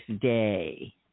day